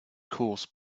course